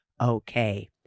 okay